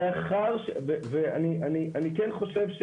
ואני כן חושב,